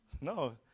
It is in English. No